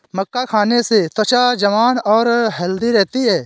मक्का खाने से त्वचा जवान और हैल्दी रहती है